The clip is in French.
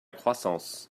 croissance